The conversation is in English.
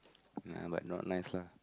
ya but not nice lah